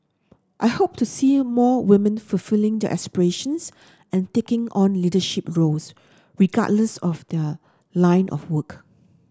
I hope to see more women fulfilling their aspirations and taking on leadership roles regardless of their line of work